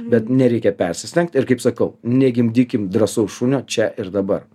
bet nereikia persistengt ir kaip sakau negimdykim drąsaus šunio čia ir dabar